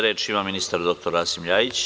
Reč ima ministar dr Rasim Ljajić.